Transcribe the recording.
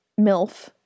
MILF